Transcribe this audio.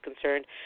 concerned